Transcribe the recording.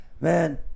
Man